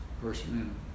person